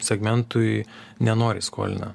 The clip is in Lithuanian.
segmentui nenoriai skolina